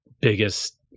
biggest